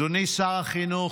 לא צריך חוק.